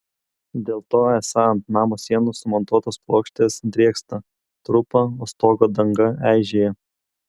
dėl to esą ant namo sienų sumontuotos plokštės drėksta trupa o stogo danga eižėja